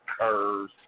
curves